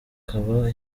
akaba